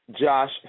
Josh